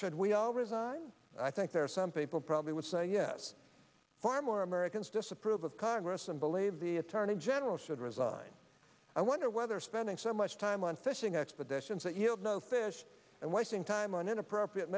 should we all resign i think there are some people probably would say yes far more americans disapprove of congress and believe the attorney general should resign i wonder whether spending so much time on fishing expeditions that you know fish and wasting time on inappropriate